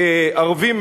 כערבים,